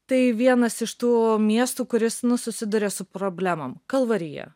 tai vienas iš tų miestų kuris susiduria su problemom kalvarija